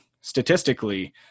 statistically